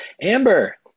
Amber